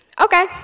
okay